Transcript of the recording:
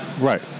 Right